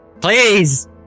Please